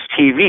TV